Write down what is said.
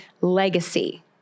legacy